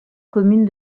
commune